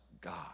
God